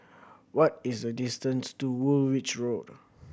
what is the distance to Woolwich Road